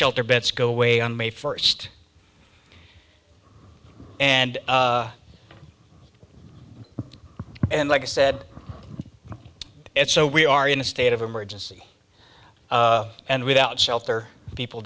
shelter beds go away on may first and and like i said it's so we are in a state of emergency and without shelter people